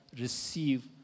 receive